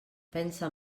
pensa